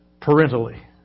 parentally